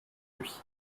lui